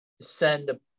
send